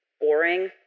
Boring